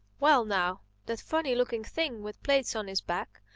well now that funny-looking thing with plates on his back,